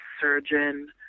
surgeon